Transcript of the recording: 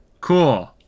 cool